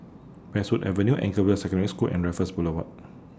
Westwood Avenue Anchorvale Secondary School and Raffles Boulevard